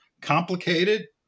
complicated